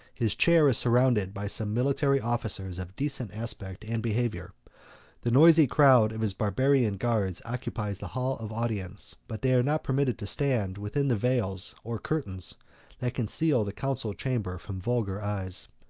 his chair is surrounded by some military officers of decent aspect and behavior the noisy crowd of his barbarian guards occupies the hall of audience but they are not permitted to stand within the veils or curtains that conceal the council-chamber from vulgar eyes.